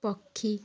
ପକ୍ଷୀ